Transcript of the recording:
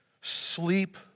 Sleep